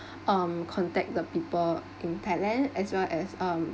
um contact the people in thailand as well as um